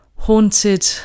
haunted